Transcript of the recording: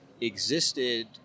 existed